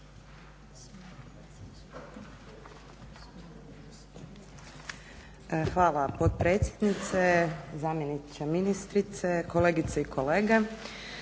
Hvala potpredsjednice, zamjeniče ministrice, kolegice i kolege.